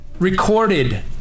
Recorded